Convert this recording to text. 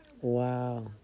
Wow